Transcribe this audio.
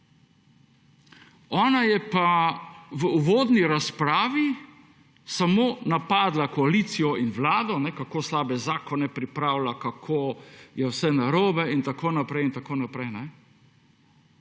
Ona je pa v uvodni razpravi samo napadla koalicijo in Vlado, kako slabe zakone pripravlja, kako je vse narobe in tako naprej. Kaj pa je